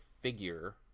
figure